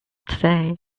today